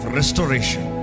restoration